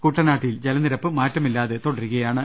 കുട്ടനാട്ടിൽ ജലനിരപ്പ് മാറ്റമില്ലാതെ തുട രുകയാണ്